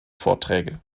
vorträge